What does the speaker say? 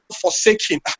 forsaken